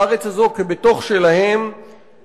בעלי ההון שעושים בארץ הזאת כבתוך שלהם ומקבלים